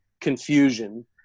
confusion